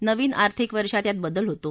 नवीन आर्थिक वर्षात यात बदल होतो